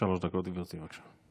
שלוש דקות, גברתי, בבקשה.